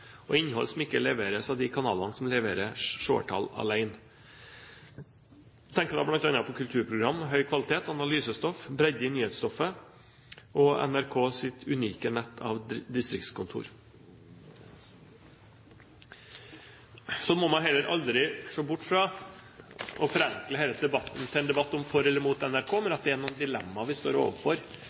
og innhold som ikke leveres av de kanaler som lever av seertall alene. Jeg tenker da bl.a. på kulturprogram av høy kvalitet, analysestoff, bredde i nyhetsstoffet og NRKs unike nett av distriktskontor. Så må man heller aldri forenkle denne debatten til en debatt om for eller mot NRK. Men at det er noen dilemmaer vi står overfor